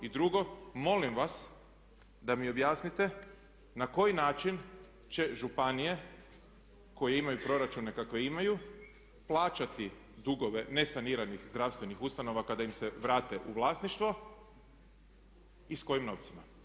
I drugo, molim vas da mi objasnite na koji način će županije koje imaju proračune kakve imaju plaćati dugove nesaniranih zdravstvenih ustanova kada im se vrate u vlasništvo i s kojim novcima.